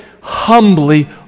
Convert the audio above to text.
humbly